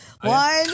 one